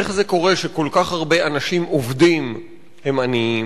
איך קורה שכל כך הרבה אנשים עובדים הם עניים,